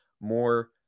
more